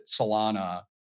Solana